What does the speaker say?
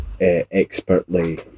expertly